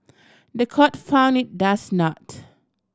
the court found it does not